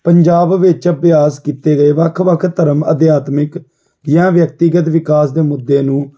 ਪੰਜਾਬ ਵਿੱਚ ਅਭਿਆਸ ਕੀਤੇ ਗਏ ਵੱਖ ਵੱਖ ਧਰਮ ਅਧਿਆਤਮਿਕ ਜਾਂ ਵਿਅਕਤੀਗਤ ਵਿਕਾਸ ਦੇ ਮੁੱਦੇ ਨੂੰ